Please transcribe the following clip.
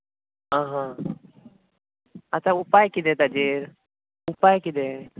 आं हां आतां उपाय कितें ताचेर उपाय कितें